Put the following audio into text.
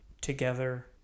together